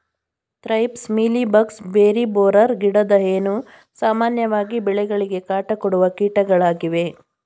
thrips, mealy bugs, berry borer, ಗಿಡದ ಹೇನು, ಸಾಮಾನ್ಯವಾಗಿ ಬೆಳೆಗಳಿಗೆ ಕಾಟ ಕೊಡುವ ಕೀಟಗಳಾಗಿವೆ